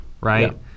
right